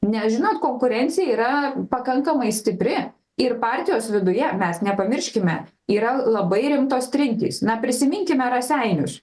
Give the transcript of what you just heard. nes žinot konkurencija yra pakankamai stipri ir partijos viduje mes nepamirškime yra labai rimtos trintys na prisiminkime raseinius